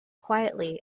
quietly